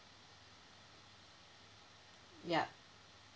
yup